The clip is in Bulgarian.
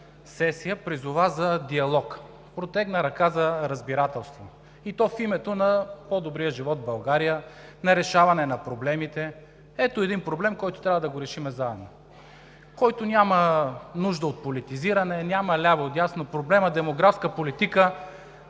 сесия призова за диалог, протегна ръка за разбирателство, и то в името на по-добрия живот в България, за решаване на проблемите. Ето един проблем, който трябва да решим заедно, който няма нужда от политизиране – няма ляво и дясно, проблемът „демографска политика“